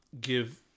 give